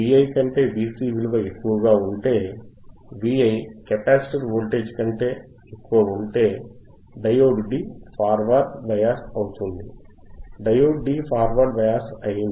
Vi కంటే Vc విలువ ఎక్కువగా ఉంటే Vi కెపాసిటర్ వోల్టేజ్ కంటే ఎక్కువ ఉంటే డయోడ్ D ఫార్వార్డ్ బయాస్ అవుతుంది డయోడ్ D ఫార్వార్డ్ బయాస్ అయింది